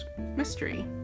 mystery